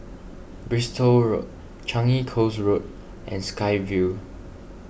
Bristol Road Changi Coast Road and Sky Vue